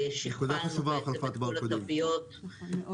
שכפלנו את כל התוויות -- החלפת הברקודים היא נקודה חשובה.